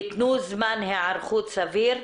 יתנו זמן היערכות סביר,